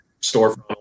storefront